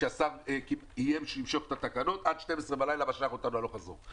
כשהשר איים שימשוך את התקנות ומשך אותנו עד 12:00 בלילה הלוך וחזור.